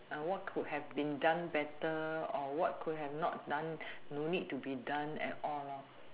what could have been done better or what could have not done don't need to be done at all lor